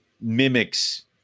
mimics